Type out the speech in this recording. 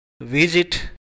visit